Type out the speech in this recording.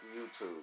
YouTube